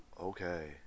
Okay